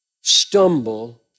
stumble